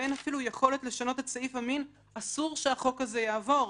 ואין אפילו יכולת לשנות את סעיף המין אסור שהחוק הזה יעבור.